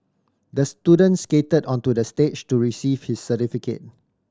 the student skated onto the stage to receive his certificate